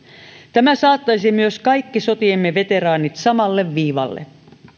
tämä saattaisi myös kaikki sotiemme veteraanit samalle viivalle